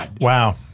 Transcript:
Wow